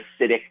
acidic